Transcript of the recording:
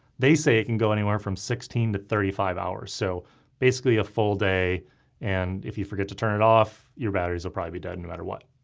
they say it can go anywhere from sixteen to thirty five hours so basically a full day and if you forget to turn it off, your batteries will probably be dead no and matter what.